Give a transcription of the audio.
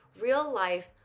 real-life